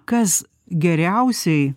kas geriausiai